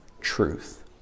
truth